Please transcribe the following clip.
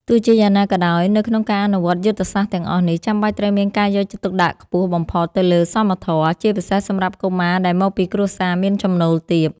ទោះជាយ៉ាងណាក៏ដោយ នៅក្នុងការអនុវត្តយុទ្ធសាស្ត្រទាំងអស់នេះ ចាំបាច់ត្រូវមានការយកចិត្តទុកដាក់ខ្ពស់បំផុតទៅលើសមធម៌ ជាពិសេសសម្រាប់កុមារដែលមកពីគ្រួសារមានចំណូលទាប។